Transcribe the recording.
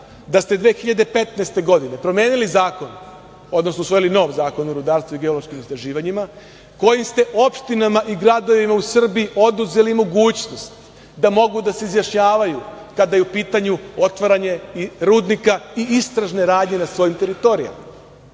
da ste 2015. godine promenili zakon, odnosno usvojili nov Zakon o rudarsku i geološkim istraživanjima kojim ste opštinama i gradovima u Srbiji oduzeli mogućnost da mogu da se izjašnjavaju kada je u pitanju otvaranje rudnika i istražne radnje na svojim teritorijama?